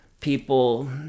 people